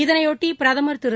இதனைபொட்டி பிரதமா் திரு